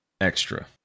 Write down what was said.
extra